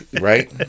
right